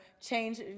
change